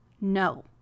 No